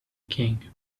king